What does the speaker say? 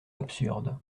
absurde